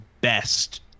best